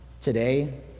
today